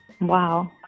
Wow